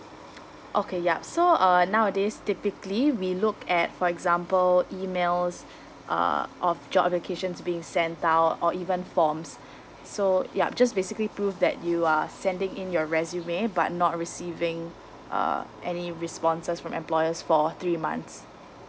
okay yup so uh nowadays typically we look at for example emails uh of job applications being sent out or even forms so yup just basically proof that you are sending in your resume but not receiving uh any responses from employers for three months